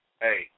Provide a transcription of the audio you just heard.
hey